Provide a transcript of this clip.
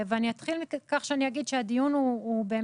אני אתחיל ואומר שהדיון הוא,